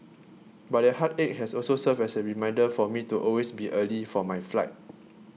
but that heartache has also served as a reminder for me to always be early for my flight